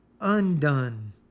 undone